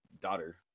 daughter